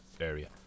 area